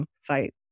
fight